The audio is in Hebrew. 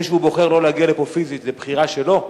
זה שהוא בוחר לא להגיע לפה פיזית, זו בחירה שלו,